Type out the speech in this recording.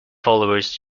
followers